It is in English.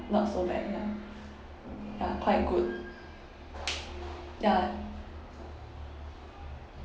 not so bad ya but quite good ya